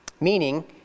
meaning